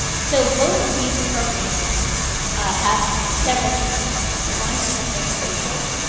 so both of these programs have several key components. one is that they're social,